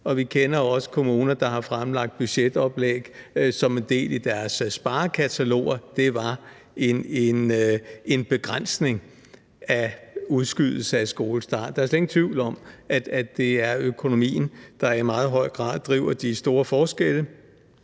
vi kender også til kommuner, der har fremlagt budgetoplæg som en del af deres sparekataloger, som var en begrænsning af en udskydelse af en skolestart. Der er slet ingen tvivl om, at det er økonomien, der i meget høj grad driver de store forskelle.